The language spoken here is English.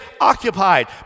occupied